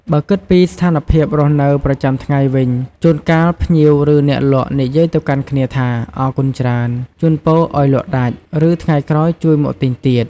បើគិតពីស្ថានភាពរស់នៅប្រចាំថ្ងៃវិញ ជួនកាលភ្ញៀវ ឬ អ្នកលក់និយាយទៅកាន់គ្នាថា អរគុណច្រើន ជូនពរឱ្យលក់ដាច់ ឬ ថ្ងៃក្រោយជួយមកទិញទៀត។